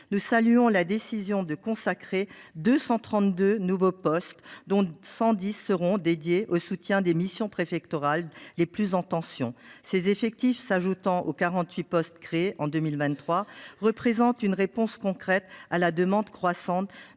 Nous saluons la décision de consacrer à ce programme 232 nouveaux postes, dont 110 seront dédiés au soutien des missions préfectorales les plus en tension. Ces effectifs, qui s’ajoutent aux 48 postes créés en 2023, sont une réponse concrète à la demande croissante